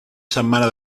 setmana